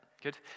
Good